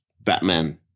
Batman